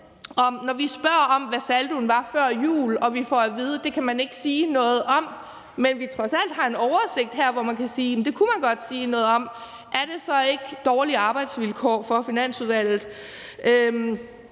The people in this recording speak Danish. når vi spørger om, hvad saldoen var før jul, og vi får at vide, at det kan man ikke sige noget om, men at vi trods alt her har en oversigt, hvor man kan se, at det kunne man godt sige noget om, er det så ikke dårlige arbejdsvilkår for Finansudvalget?